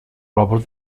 robert